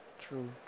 True